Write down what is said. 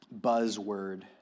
buzzword